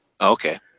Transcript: Okay